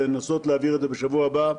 לנסות להעביר את זה בשבוע הבא.